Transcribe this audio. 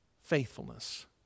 faithfulness